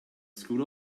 school